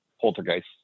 poltergeist